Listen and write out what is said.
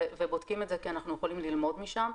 ובודקים את זה כי אנחנו יכולים ללמוד משם.